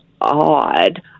odd